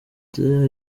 icyuho